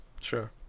Sure